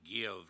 give